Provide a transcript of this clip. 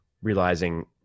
realizing